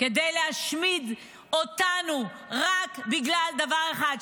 כדי להשמיד אותנו רק בגלל דבר אחד,